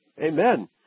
Amen